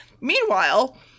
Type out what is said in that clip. Meanwhile